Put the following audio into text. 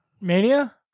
Mania